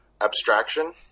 abstraction